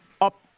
up